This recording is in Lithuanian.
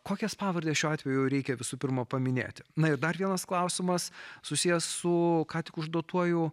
kokias pavardes šiuo atveju reikia visų pirma paminėti na ir dar vienas klausimas susijęs su ką tik užduotuoju